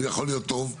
הוא יכול להיות טוב,